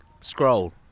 scroll